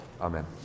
Amen